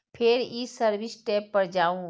फेर ई service tab पर जाउ